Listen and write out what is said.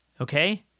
Okay